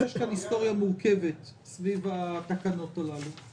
שיש היסטוריה מורכבת סביב התקנות הללו.